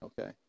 Okay